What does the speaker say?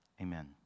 Amen